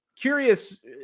curious